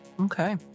Okay